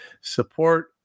Support